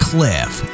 Cliff